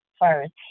first